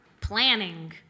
planning